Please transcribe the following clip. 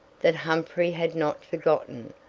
that humphrey had not forgotten,